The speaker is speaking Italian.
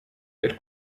per